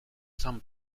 some